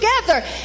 together